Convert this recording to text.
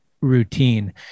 routine